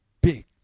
big